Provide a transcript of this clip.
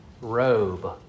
robe